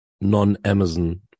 non-Amazon